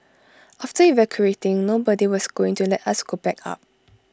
after evacuating nobody was going to let us go back up